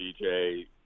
DJ